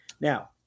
Now